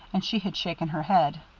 and she had shaken her head.